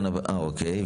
אה, אוקיי.